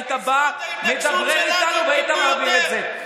היית בא ומדבר איתנו והיית מעביר את זה.